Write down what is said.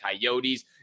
Coyotes